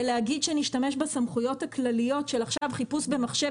להגיד שנשתמש בסמכויות הכלליות של חיפוש במחשב